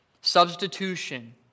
Substitution